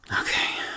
Okay